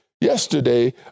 yesterday